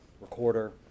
Recorder